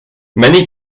many